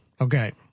Okay